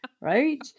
Right